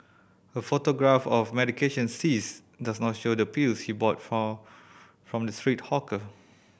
a photograph of medication seized does not show the pills he bought from from the street hawker